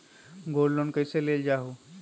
Gold loan कईसे लेल जाहु?